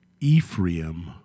Ephraim